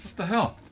the hell?